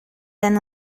than